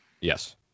Yes